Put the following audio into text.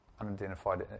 unidentified